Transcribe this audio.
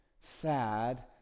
Sad